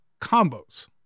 combos